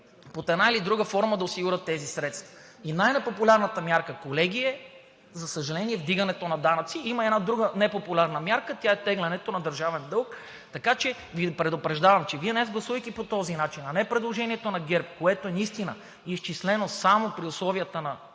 под една или друга форма да осигурят тези средства, а най-непопулярната мярка, колеги, за съжаление, е вдигането на данъците. Има и една друга непопулярна мярка и тя е тегленето на държавен дълг, така че Ви предупреждавам, че днес, гласувайки по този начин, а не за предложението на ГЕРБ, което е изчислено само за подпомагане